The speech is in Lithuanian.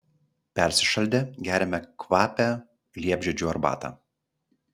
persišaldę geriame kvapią liepžiedžių arbatą